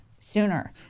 sooner